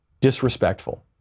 disrespectful